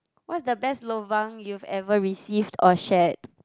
what is the best lobang you've ever received or shared